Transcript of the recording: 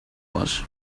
was